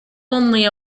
only